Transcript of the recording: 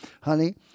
Honey